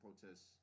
protests